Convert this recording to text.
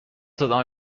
صدا